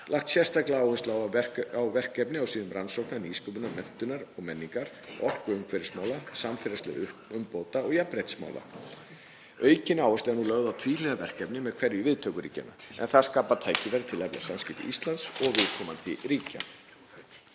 lagt sérstaka áherslu á verkefni á sviðum rannsókna, nýsköpunar, menntunar og menningar, orku- og umhverfismála, samfélagslegra umbóta og jafnréttismála. Aukin áhersla er nú lögð á tvíhliða verkefni með hverju viðtökuríkjanna, en það skapar tækifæri til að efla samskipti Íslands og viðkomandi ríkja.